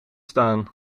staan